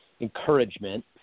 encouragement